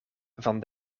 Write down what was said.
van